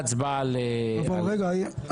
אבל רגע,